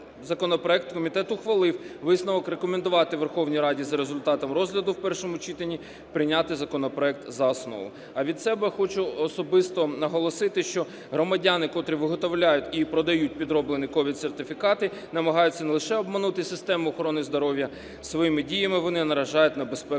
законопроект, комітет ухвалив висновок рекомендувати Верховній Раді за результатами розгляду в першому читанні прийняти законопроект за основу. А від себе хочу особисто наголосити, що громадяни, котрі виготовляють і продають підроблені COVID-сертифікати, намагаються не лише обманути систему охорони здоров'я, своїми діями вони наражають на небезпеку